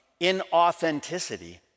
inauthenticity